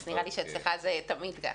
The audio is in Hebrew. אז נראה לי שאצלך זה תמיד ככה.